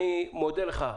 אני מודה לך,